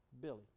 Billy